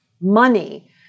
money